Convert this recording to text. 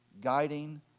guiding